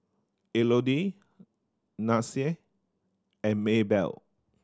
Elodie Nyasia and Maybell